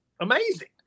amazing